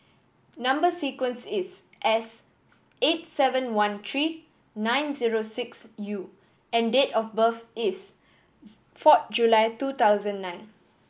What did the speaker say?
number sequence is S eight seven one three nine zero six U and date of birth is four July two thousand nine